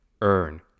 earn